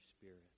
Spirit